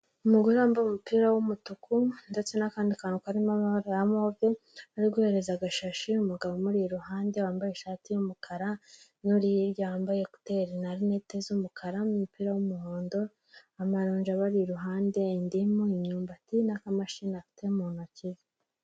Umugore wambaye umupira w'umutuku ndetse n'akandi kantu karimo amabara ya move, ari guhereza agashashi umugabo umuri iruhande wambaye ishati y'umukara, n'undi yambaye ekuteri na rinete z'umukara, n'umupira w'umuhondo, amaronji abari iruhande, indimu, imyumbati, n'akamashini afite mu ntoki ze.